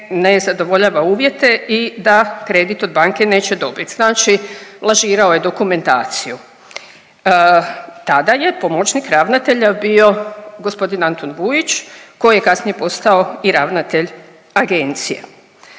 ne zadovoljava uvjete i da kredit od banke neće dobit, znači lažirao je dokumentaciju. Tada je pomoćnik ravnatelja bio g. Antun Vujić koji je kasnije postao i ravnatelj agencije